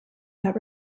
that